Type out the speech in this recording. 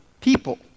people